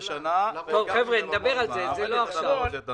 חבר'ה, עוד נדבר על זה, לא עכשיו.